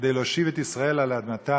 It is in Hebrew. להושיב את ישראל על אדמתם